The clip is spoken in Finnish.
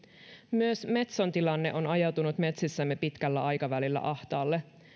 myös metson tilanne on ajautunut metsissämme pitkällä aikavälillä ahtaalle